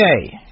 Okay